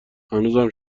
هنوزم